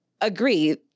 agree